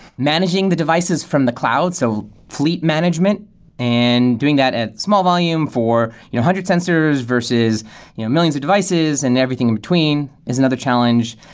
managing the devices from the cloud, so fleet management and doing that at small volume for a you know hundred sensors versus you know millions of devices and everything in between is another challenge.